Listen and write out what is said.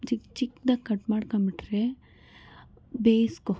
ಚಿಕ್ಕ ಚಿಕ್ದಾಗಿ ಕಟ್ ಮಾಡ್ಕೊಂಬಿಟ್ರೆ ಬೇಯಿಸ್ಕೊ